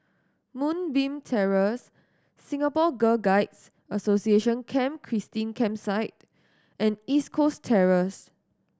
Moonbeam Terrace Singapore Girl Guides Association Camp Christine Campsite and East Coast Terrace